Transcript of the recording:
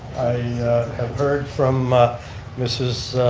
have heard from ah mrs.